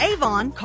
Avon